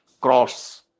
cross